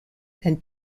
and